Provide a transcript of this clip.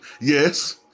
Yes